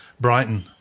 Brighton